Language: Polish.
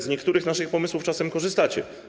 Z niektórych naszych pomysłów czasem korzystacie.